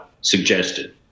suggested